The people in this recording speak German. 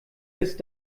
ist